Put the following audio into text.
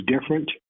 different